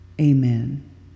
Amen